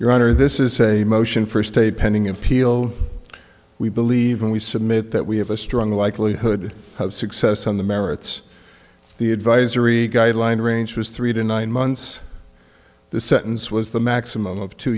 honor this is a motion for a stay pending appeal we believe and we submit that we have a strong likelihood of success on the merits the advisory guideline range was three to nine months the sentence was the maximum of two